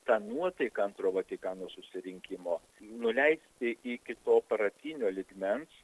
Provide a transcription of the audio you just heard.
tą nuotaiką antro vatikano susirinkimo nuleisti iki to pamatinio lygmens